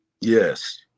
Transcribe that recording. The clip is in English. Yes